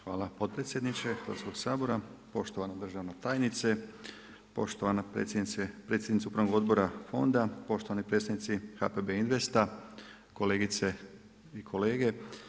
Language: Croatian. Hvala potpredsjedniče Hrvatskog sabora, poštovana državna tajnice, poštovana predsjednice Upravnog odbora Fonda, poštovani predstavnici HPB Investa, kolegice i kolege.